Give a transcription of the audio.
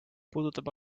puudutab